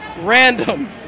random